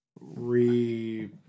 re